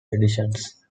editions